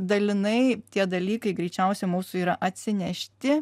dalinai tie dalykai greičiausia mūsų yra atsinešti